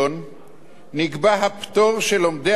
נקבע הפטור של לומדי התורה משירות צבאי,